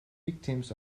victims